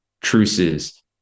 truces